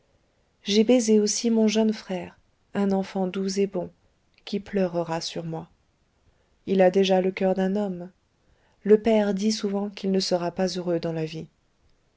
j'ai baisé aussi mon jeune frère un enfant doux et bon qui pleurera sur moi il a déjà le coeur d'un homme le père dit souvent qu'il ne sera pas heureux dans la vie